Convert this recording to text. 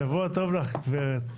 שבוע טוב לך גברת ברק.